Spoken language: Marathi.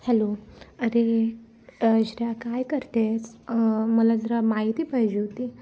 हॅलो अरे काय करते मला जरा माहिती पाहिजे होती